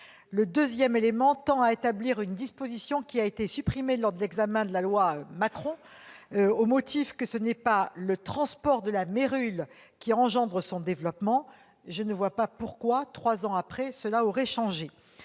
Le deuxième tend à rétablir une disposition qui avait été supprimée lors de l'examen de la loi Macron au motif que ce n'est pas le transport de la mérule qui engendre son développement. Je ne vois pas pourquoi, trois ans après, cela aurait changé